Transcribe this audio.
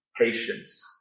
patience